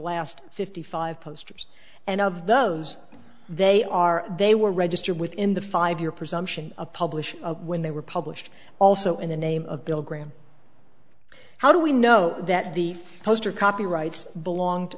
last fifty five posters and of those they are they were registered within the five year presumption of publish when they were published also in the name of bill graham how do we know that the poster copyrights belonged